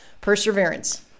perseverance